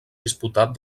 disputat